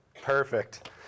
Perfect